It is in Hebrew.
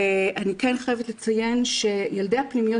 ואני כן חייבת לציין שילדי הפנימיות